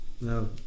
No